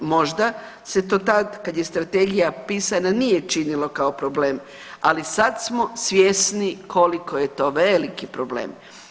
Možda se to tad kad je strategija pisana nije činilo kao problem, ali sad smo svjesni koliko je to veliki problem.